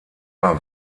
war